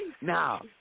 Now